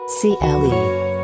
cle